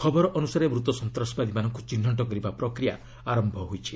ଖବର ଅନୁସାରେ ମୃତ ସନ୍ତାସବାଦୀମାନଙ୍କୁ ଚିହ୍ନଟ ପ୍ରକ୍ରିୟା ଆରମ୍ଭ ହୋଇଛି